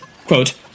Quote